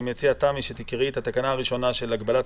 אני מציע שתקראי את התקנה הראשונה על הגבלת